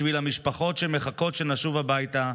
בשביל המשפחות שמחכות שנשוב הביתה,